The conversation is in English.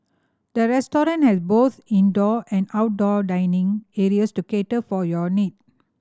the restaurant has both indoor and outdoor dining areas to cater for your need